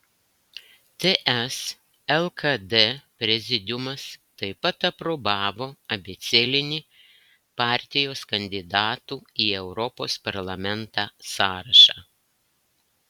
ts lkd prezidiumas taip pat aprobavo abėcėlinį partijos kandidatų į europos parlamentą sąrašą